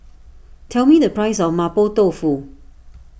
tell me the price of Mapo Tofu